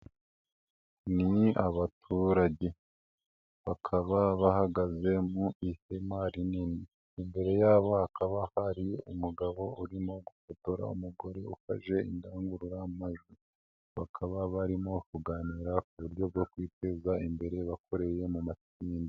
Ni abaturage bakaba bahagaze mu ihema rinini, imbere yabo hakaba hari umugabo urimo gufotora umugore ufashe indangururamajwi, bakaba barimo kuganira ku buryo bwo kwiteza imbere bakoreye mu matsinda.